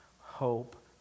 hope